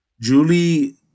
Julie